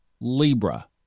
Libra